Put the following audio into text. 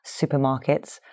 supermarkets